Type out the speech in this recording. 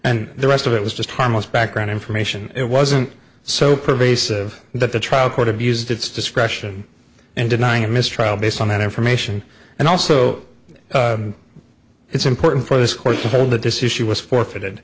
and the rest of it was just harmless background information it wasn't so pervasive that the trial court abused its discretion in denying a mistrial based on that information and also it's important for this course of hold that this issue was forfeited